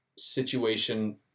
situation